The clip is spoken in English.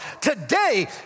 Today